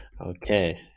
Okay